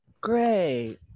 Great